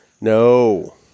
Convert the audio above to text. No